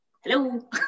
Hello